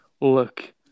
Look